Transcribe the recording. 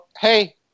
Hey